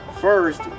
First